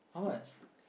how much